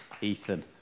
Ethan